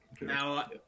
Now